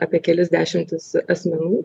apie kelias dešimtis asmenų